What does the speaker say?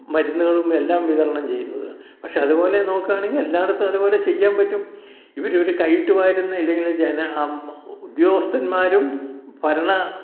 മരുന്നുകളും എല്ലാം വിതരണം ചെയ്യുന്നത് പക്ഷേ അതുപോലെ നോക്കുകയാണെങ്കിൽ എല്ലായിടത്തും അതുപോലെ ചെയ്യാൻ പറ്റും ഇവർ ഇവരെ കയ്യിട്ട് വാരുന്ന ഇത് ജന ഉദ്യോഗസ്ഥന്മാരും ഭരണ